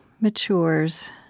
matures